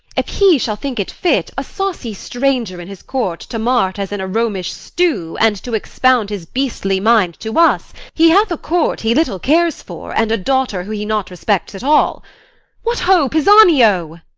if he shall think it fit a saucy stranger in his court to mart as in a romish stew, and to expound his beastly mind to us, he hath a court he little cares for, and a daughter who he not respects at all what ho, pisanio!